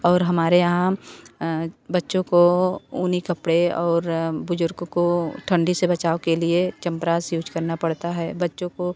और हमारे यहाँ बच्चों को ऊनी कपड़े और बुज़ुर्गों को ठंडी से बचाव के लिए करना पड़ता है बच्चों को